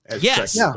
Yes